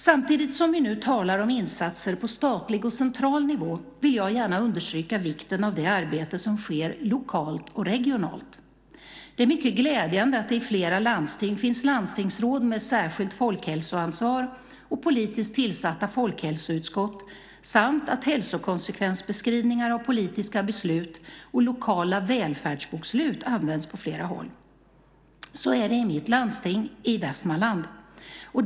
Samtidigt som vi nu talar om insatser på statlig och central nivå vill jag gärna understryka vikten av det arbete som sker lokalt och regionalt. Det är mycket glädjande att det i flera landsting finns landstingsråd med särskilt folkhälsoansvar och politiskt tillsatta folkhälsoutskott samt att hälsokonsekvensbeskrivningar av politiska beslut och lokala välfärdsbokslut används på flera håll. Så är det i mitt landsting i Västmanland.